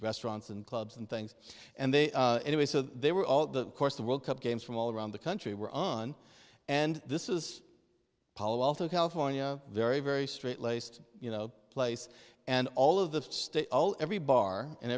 restaurants and clubs and things and they it was so they were all the course the world cup games from all around the country were on and this is politan california very very straight laced you know place and all of the state all every bar and